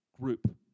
group